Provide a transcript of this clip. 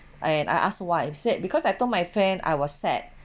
and I asked her why she said because I told my friend I was sad